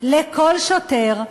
לכל שוטר,